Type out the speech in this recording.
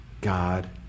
God